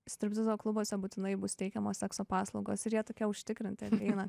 striptizo klubuose būtinai bus teikiamos sekso paslaugos ir jie tokie užtikrinti ateina